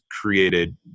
created